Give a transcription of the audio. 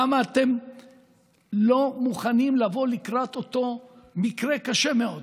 למה אתם לא מוכנים לבוא לקראת אותו מקרה קשה מאוד?